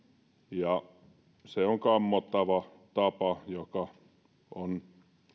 ja se on kammottava tapa joka on näiden